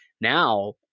now